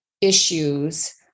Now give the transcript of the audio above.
issues